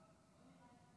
האנשים.